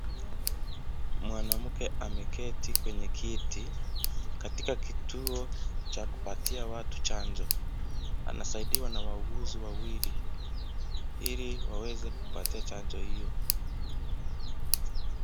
Mwanamke ameketi kwenye kiti, katika kituo cha kupatia watu chanjo. Anasaidikwa na wauguzi wawili ,ili waweze kumpatia chanjo hiyo.